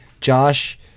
Josh